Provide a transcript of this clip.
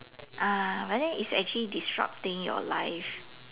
ah but then is actually disrupting your life